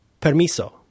permiso